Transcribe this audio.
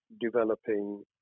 developing